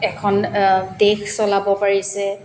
এখন দেশ চলাব পাৰিছে